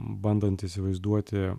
bandant įsivaizduoti